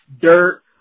dirt